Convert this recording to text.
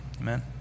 amen